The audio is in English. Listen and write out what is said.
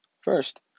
First